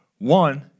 One